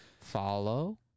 Follow